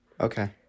Okay